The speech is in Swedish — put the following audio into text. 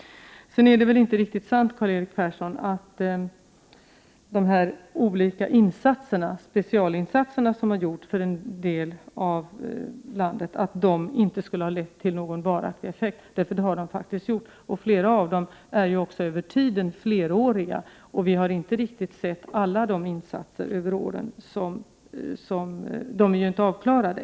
Det är inte riktigt sant, Karl-Erik Persson, att de olika specialinsatser som gjorts för en del av landet inte skulle ha fått varaktiga effekter. Det har de faktiskt gjort. Flera av dem är också fleråriga över tiden. Alla insatser är ännu inte avklarade.